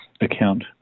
account